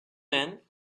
man